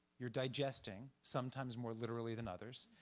you're digesting sometimes more literally than others